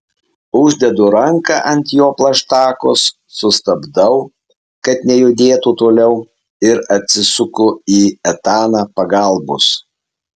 uždedu ranką ant jo plaštakos sustabdau kad nejudėtų toliau ir atsisuku į etaną pagalbos